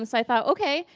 um so i thought, okay.